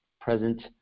present